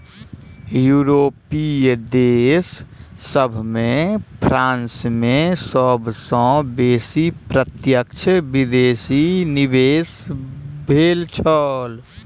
यूरोपीय देश सभ में फ्रांस में सब सॅ बेसी प्रत्यक्ष विदेशी निवेश भेल छल